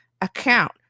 account